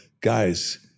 guys